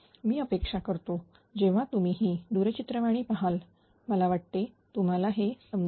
मी अपेक्षा करतो जेव्हा तुम्ही ही दूरचित्रवाणी पहाल मला वाटते तुम्हाला हे समजेल